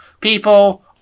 people